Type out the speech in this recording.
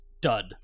dud